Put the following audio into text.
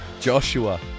Joshua